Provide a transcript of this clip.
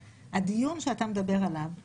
הדיון שאתה מדבר עליו שהיה,